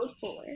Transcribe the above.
four